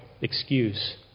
excuse